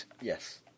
Yes